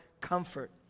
comfort